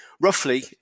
roughly